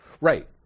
right